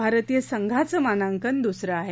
भारतीय संघाचं मानांकन द्सरं आहे